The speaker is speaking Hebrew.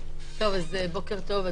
בוקר טוב,